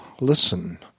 listen